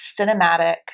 cinematic